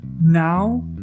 now